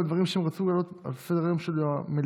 דברים שהם רצו להעלות על סדר-היום של המליאה,